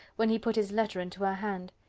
when he put his letter into her hand!